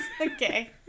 Okay